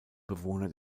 bewohner